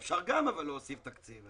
אפשר גם אבל להוסיף תקציב.